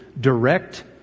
direct